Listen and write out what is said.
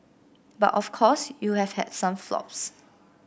but of course you have had some flops